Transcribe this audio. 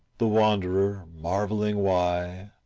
the wanderer, marvelling why,